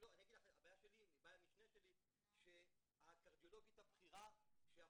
בעיית משנה שלי היא שהקרדיולוגית הבכירה שהפרופ'